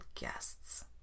guests